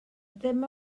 ddim